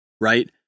right